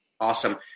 Awesome